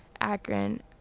Akron